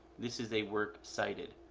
this is a word cited.